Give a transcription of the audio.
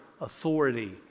authority